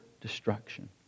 destruction